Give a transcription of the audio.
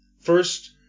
First